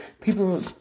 people